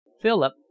philip